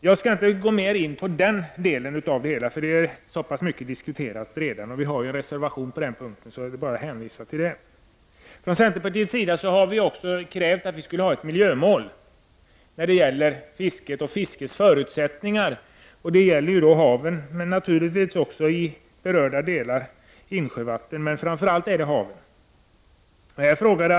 Jag skall inte gå närmare in på den delen av det hela — det är redan så grundligt diskuterat, och vi har ju en reservation på den punkten; jag bara hänvisar till den. Från centerpartiets sida har vi också krävt att vi skall ha ett miljömål när det gäller fisket och fiskets förutsättningar. Det gäller naturligtvis också i berörda delar insjövatten, men framför allt gäller det haven.